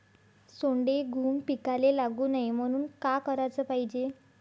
सोंडे, घुंग पिकाले लागू नये म्हनून का कराच पायजे?